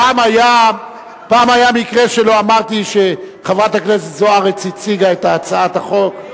פעם היה מקרה שלא אמרתי שחברת הכנסת זוארץ הציגה את הצעת החוק?